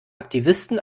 aktivisten